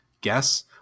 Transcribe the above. guess